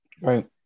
right